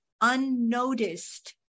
unnoticed